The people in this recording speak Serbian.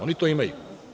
Oni to imaju.